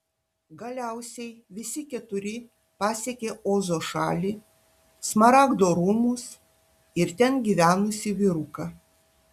galiausiai visi keturi pasiekė ozo šalį smaragdo rūmus ir ten gyvenusį vyruką